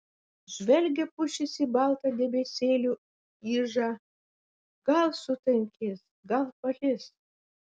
žvelgia pušys į baltą debesėlių ižą gal sutankės gal palis